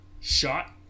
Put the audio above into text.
shot